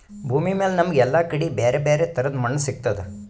ಭೂಮಿಮ್ಯಾಲ್ ನಮ್ಗ್ ಎಲ್ಲಾ ಕಡಿ ಬ್ಯಾರೆ ಬ್ಯಾರೆ ತರದ್ ಮಣ್ಣ್ ಸಿಗ್ತದ್